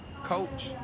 Coach